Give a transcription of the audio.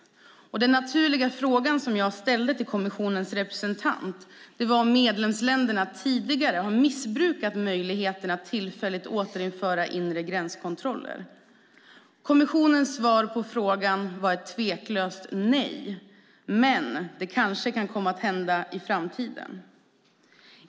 Den naturliga frågan som jag ställde till kommissionens representant var om medlemsländerna tidigare har missbrukat möjligheten att tillfälligt återinföra inre gränskontroller. Kommissionens svar på frågan var ett tveklöst nej, men det kanske kan komma att hända i framtiden.